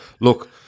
look